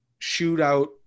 Shootout